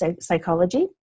psychology